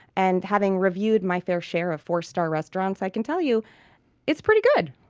and having reviewed my share share of four-star restaurants, i can tell you it's pretty good